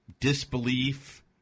disbelief